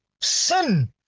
sin